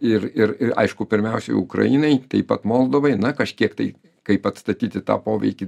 ir ir ir aišku pirmiausiai ukrainai taip pat moldovai na kažkiek tai kaip atstatyti tą poveikį